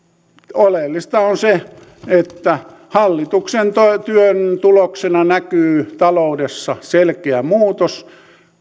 oleellista on se että hallituksen työn tuloksena näkyy taloudessa selkeä muutos